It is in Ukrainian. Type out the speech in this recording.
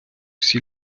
всі